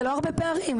זה לא הרבה פערים,